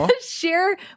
share